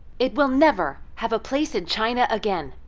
it will never have a place in china again,